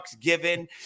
given